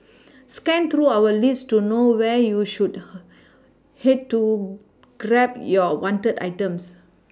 scan through our list to know where you should her head to to grab your wanted items